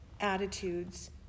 attitudes